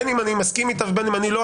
בין אם אני מסכים איתה ובין אם לא,